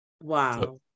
Wow